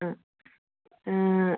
ആ